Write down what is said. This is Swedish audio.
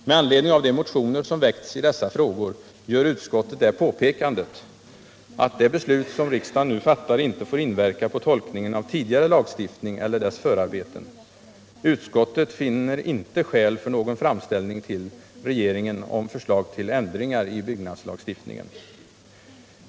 Med anledning av de motioner som väckts i dessa frågor gör utskottet det påpekandet, att det beslut som riksdagen nu fattar inte får inverka på tolkningen av tidigare lagstiftning eller dess förarbeten. Utskottet finner inte skäl för någon framställning till regeringen om förslag till ändringar i byggnadslagstiftningen.